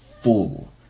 full